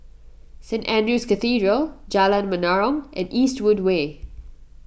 Saint andrew's Cathedral Jalan Menarong and Eastwood Way